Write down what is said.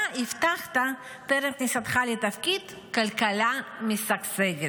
אתה הבטחת, טרם כניסתך לתפקיד, כלכלה משגשגת.